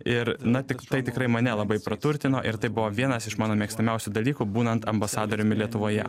ir na tik tai tikrai mane labai praturtino ir tai buvo vienas iš mano mėgstamiausių dalykų būnant ambasadoriumi lietuvoje